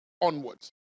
onwards